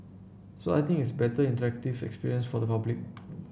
so I think it's a better interactive experience for the public